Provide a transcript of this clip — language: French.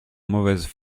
mauvaises